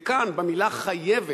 וכאן, במלה "חייבת",